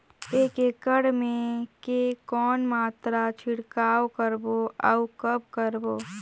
एक एकड़ मे के कौन मात्रा छिड़काव करबो अउ कब करबो?